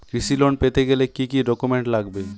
কৃষি লোন পেতে গেলে কি কি ডকুমেন্ট লাগবে?